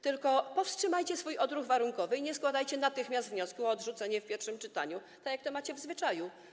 Tylko powstrzymajcie swój odruch warunkowy i nie składajcie natychmiast wniosku o odrzucenie w pierwszym czytaniu, tak jak to macie w zwyczaju.